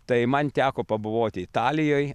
tai man teko pabuvoti italijoj